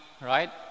right